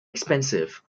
expensive